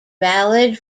valid